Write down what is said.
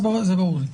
ברור לי.